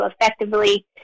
effectively